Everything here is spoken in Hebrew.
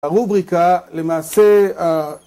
הרובריקה למעשה...